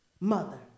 mother